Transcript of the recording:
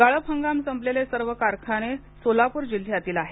गाळप हंगाम संपलेले सर्व कारखाने सोलापूर जिल्ह्यातील आहेत